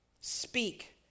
speak